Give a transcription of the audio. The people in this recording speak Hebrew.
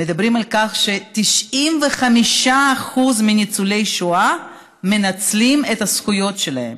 מדברים על כך ש-95% מניצולי השואה מנצלים את הזכויות שלהם,